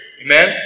Amen